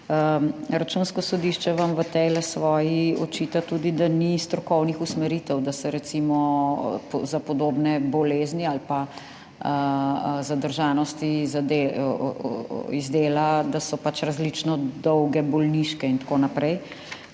Računsko sodišče vam v tem svojem [poročilu] očita tudi, da ni strokovnih usmeritev, da so recimo za podobne bolezni ali pa zadržanosti z dela različno dolge bolniške in tako naprej.